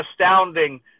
astounding